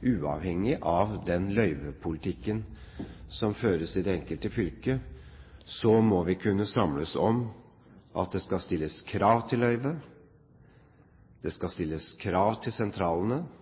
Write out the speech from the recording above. uavhengig av den løyvepolitikken som føres i det enkelte fylket, er at det skal stilles krav til løyvet, det skal stilles krav til sentralene, og det skal stilles krav til